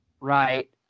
Right